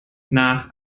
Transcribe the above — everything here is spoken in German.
nach